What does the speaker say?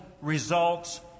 results